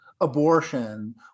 abortion